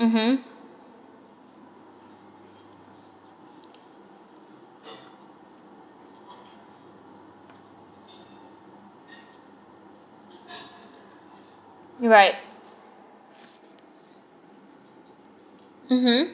mmhmm right mmhmm